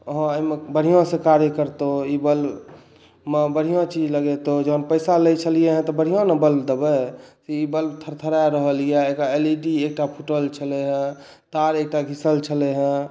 अहाँ एहिमे बढिऑंसँ कार्य करितहुँ बल्बमे बढ़िऑं चीज लगैतहुॅं जहन पैसा लै छलियै तऽ बढ़िऑं ने बल्ब देबै ई बल्ब थरथरा रहल यऽ एकर एल ई डी एकटा फूटल छलै हँ तार एकटा घीसल छलै हँ